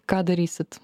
ką darysit